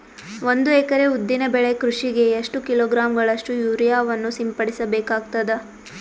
ಒಂದು ಎಕರೆ ಉದ್ದಿನ ಬೆಳೆ ಕೃಷಿಗೆ ಎಷ್ಟು ಕಿಲೋಗ್ರಾಂ ಗಳಷ್ಟು ಯೂರಿಯಾವನ್ನು ಸಿಂಪಡಸ ಬೇಕಾಗತದಾ?